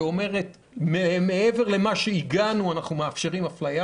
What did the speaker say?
שאומר שמעבר למה שהגענו אנחנו מאפשרים אפליה,